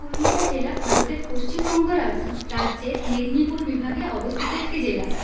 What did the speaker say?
পুরুলিয়া জেলা ভারতের পশ্চিমবঙ্গ রাজ্য রাজ্যের মেদিনীপুর বিভাগে অবস্থিত একটি জেলা